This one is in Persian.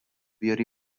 بیاری